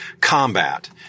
combat